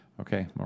Okay